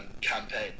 campaign